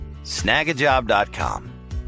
snagajob.com